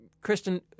Kristen